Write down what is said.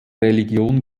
religion